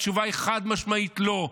התשובה היא חד-משמעית לא.